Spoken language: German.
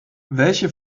welche